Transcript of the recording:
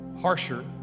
harsher